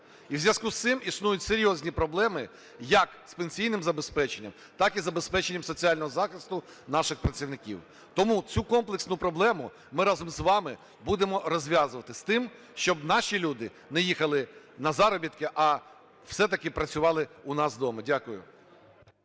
І в зв'язку з цим існують серйозні проблеми як з пенсійним забезпеченням, так і з забезпеченням соціального захисту наших працівників. Тому цю комплексну проблему ми разом з вами будемо розв'язувати, з тим щоб наші люди не їхали на заробітки, а все-таки працювали у нас дома. Дякую.